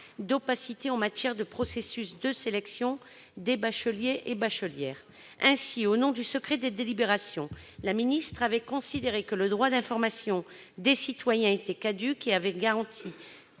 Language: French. d'opacité en matière de processus de sélection des bacheliers et des bachelières. Au nom du secret des délibérations, la ministre avait considéré que le droit d'information des citoyens était caduc. Elle avait alors